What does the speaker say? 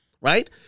right